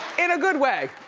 in a good way.